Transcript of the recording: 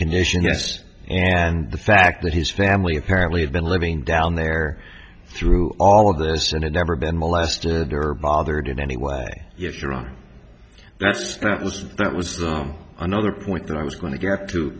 condition yes and the fact that his family apparently had been living down there through all of this and it never been molested or bothered in any way yes that's right was that was another point that i was going to get to